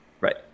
Right